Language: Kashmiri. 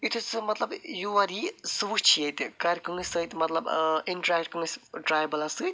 یُِتھٕے سُہ مطلب یور یی سُہ وُچھہِ ییٚتہِ کرِ کٲنسہِ سۭتۍ مطلب ٲں اِنٹرٛیکٹہِ کٲنسہِ ٹرٛایبٕلَس سۭتۍ